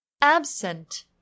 Absent